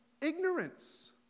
ignorance